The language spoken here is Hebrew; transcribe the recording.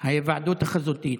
ההיוועדות החזותית.